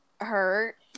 hurt